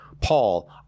Paul